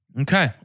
Okay